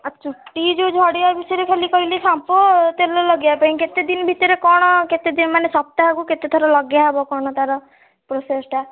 ଆଉ ଚୁଟି ଯେଉଁ ଝଡ଼ିବା ବିଷୟରେ ଖାଲି କହିଲେ ସାମ୍ପୋ ଲଗେଇବା ପାଇଁ କେତେ ଦିନ ଭିତରେ କ'ଣ କେତେ ମାନେ ସପ୍ତାହକୁ କେତେ ଦିନ ଲଗିଆ ହେବ କ'ଣ ତା'ର ପ୍ରୋସେସ୍ଟା